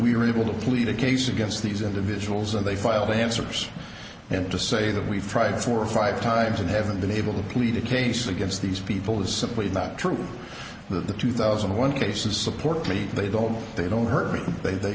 that we are able to plead a case against these individuals and they file the answers and to say that we've tried four or five times and haven't been able to plead the case against these people is simply not true that the two thousand and one cases support me they don't they don't hurt me they they